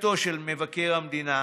בדיקתו של מבקר המדינה,